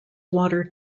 water